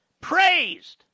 Praised